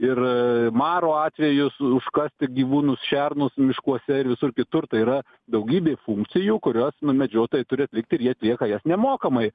ir maro atvejus užkasti gyvūnus šernus miškuose ir visur kitur tai yra daugybė funkcijų kurias na medžiotojai turi atlikt ir jie atlieka jas nemokamai